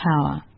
power